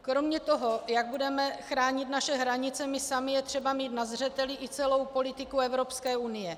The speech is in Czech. Kromě toho, jak budeme chránit naše hranice my sami, je třeba mít na zřeteli i celou politiku Evropské unie.